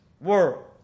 world